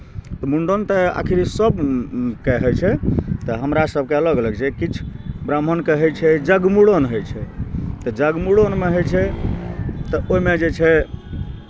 तऽ मुण्डन तऽ आखिर सभके होइ छै तऽ हमरा सभके अलग अलग छै किछु ब्राह्मणके होइ छै जगमूड़न होइ छै तऽ जगमूड़नमे होइ छै तऽ ओहिमे जे छै